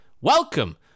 welcome